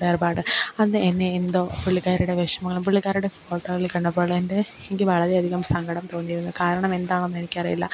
വേർപാട് അന്ന് എന്നെ എന്തോ പുള്ളിക്കാരിയുടെ വിഷമങ്ങളും പുള്ളിക്കാരിയുടെ ഫോട്ടോവിൽ കണ്ടപ്പോൾ എൻ്റെ എനിക്ക് വളരെയധികം സങ്കടം തോന്നിയിരുന്നു കാരണം എന്താണെന്ന് എനിക്ക് അറിയില്ല